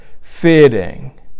fitting